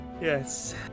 Yes